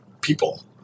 People